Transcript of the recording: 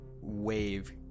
wave